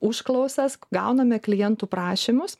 užklausas gauname klientų prašymus